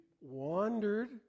wandered